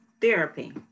therapy